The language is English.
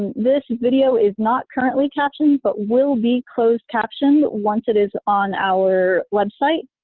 this video is not currently captioned but will be closed captioned once it is on our website.